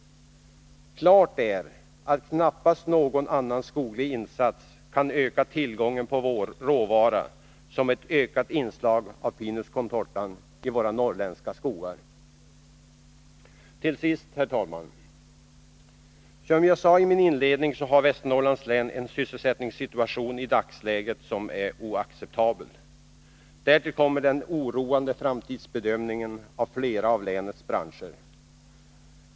Klart är, att knappast någon annan skoglig insats kan öka tillgången på råvara än ett ökat inslag av pinus contorta i våra norrländska skogar. Till sist, herr talman: Som jag sade i min inledning har Västernorrlands län i dagsläget en sysselsättningssituation som är oacceptabel. Därtill kommer den oroande framtidsbedömningen för flera av länets branscher.